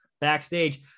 backstage